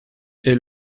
est